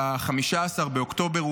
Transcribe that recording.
ב-15 באוקטובר,